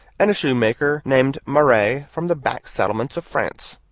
and a shoemaker named marais, from the back settlements of france.